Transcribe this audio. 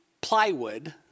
plywood